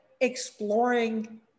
exploring